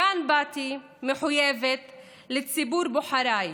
לכאן באתי מחויבת לציבור בוחריי.